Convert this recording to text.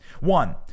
One